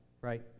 right